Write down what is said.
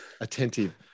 Attentive